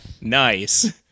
Nice